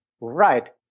right